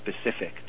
Specific